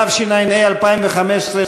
התשע"ה 2015,